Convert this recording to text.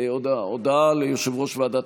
אליהו חסיד,